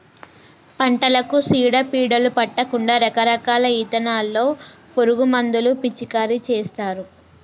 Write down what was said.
పంటలకు సీడ పీడలు పట్టకుండా రకరకాల ఇథానాల్లో పురుగు మందులు పిచికారీ చేస్తారు